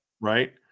Right